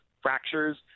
fractures